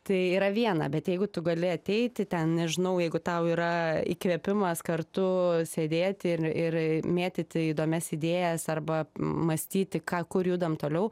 tai yra viena bet jeigu tu gali ateiti ten nežinau jeigu tau yra įkvėpimas kartu sėdėti ir ir mėtyti įdomias idėjas arba mąstyti ką kur judam toliau